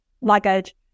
luggage